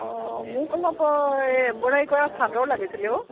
অঁ মোক অলপ এমব্ৰইডাৰী কৰা চাদৰ লাগিছিলে অ